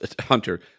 hunter